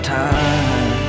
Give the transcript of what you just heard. time